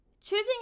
choosing